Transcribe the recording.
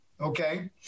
okay